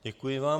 Děkuji vám.